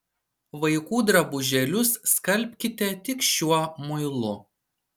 vaikų drabužėlius skalbkite tik šiuo muilu